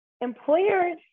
employers